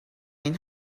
این